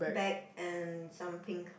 bag and some pink